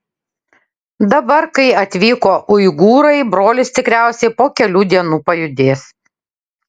dabar kai atvyko uigūrai brolis tikriausiai po kelių dienų pajudės